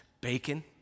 Bacon